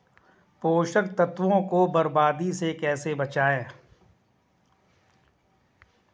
पोषक तत्वों को बर्बादी से कैसे बचाएं?